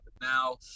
Now